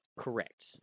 correct